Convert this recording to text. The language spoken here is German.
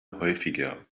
häufiger